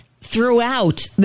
throughout